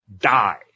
die